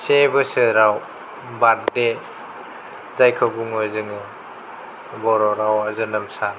से बोसोराव बार्दे जायखौ बुङो जोङो बर' रावाव जोनोम सान